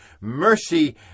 mercy